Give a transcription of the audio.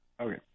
Okay